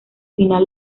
final